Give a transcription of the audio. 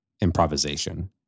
improvisation